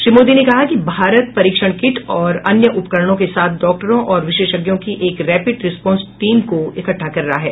श्री मोदी ने कहा कि भारत परीक्षण किट और अन्य उपकरणों के साथ डॉक्टरों और विशेषज्ञों की एक रैपिड रिस्पांस टीम को इकट्ठा कर रहा है